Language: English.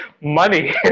Money